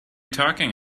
talking